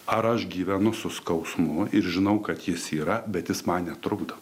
ar aš gyvenu su skausmu ir žinau kad jis yra bet jis man netrukdo